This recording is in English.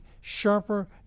sharper